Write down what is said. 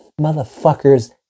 motherfuckers